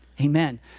Amen